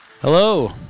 Hello